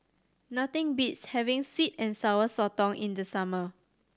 nothing beats having sweet and Sour Sotong in the summer